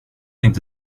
inte